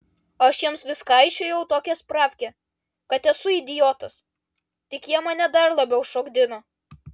aš jiems vis kaišiojau tokią spravkę kad esu idiotas tik jie mane dar labiau šokdino